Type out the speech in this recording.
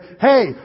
hey